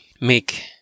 make